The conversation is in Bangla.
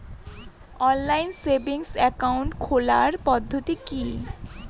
অনলাইন সেভিংস একাউন্ট খোলার পদ্ধতি কি?